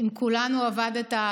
עם כולנו עבדת,